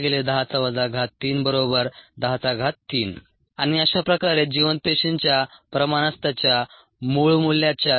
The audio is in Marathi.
xv0xv 110 3 103 आणि अशाप्रकारे जिवंत पेशींच्या प्रमाणास त्याच्या मूळ मूल्याच्या 0